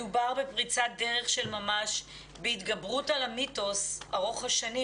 מדובר בפריצת דרך של ממש בהתגברות על המיתוס ארוך השנים,